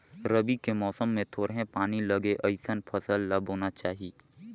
रबी के समय मे थोरहें पानी लगे अइसन फसल ल बोना चाही